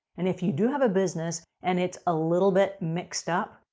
and if you do have a business and it's a little bit mixed up,